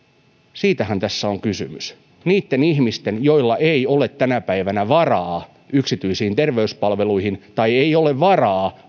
siitähän tässä on kysymys niille ihmisille joilla ei ole tänä päivänä varaa yksityisiin terveyspalveluihin tai ei ole varaa